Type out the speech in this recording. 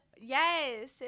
yes